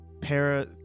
Para